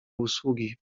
usługi